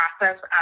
process